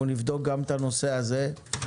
אנחנו נבדוק גם את הנושא הזה.